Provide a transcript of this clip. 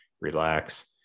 relax